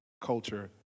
culture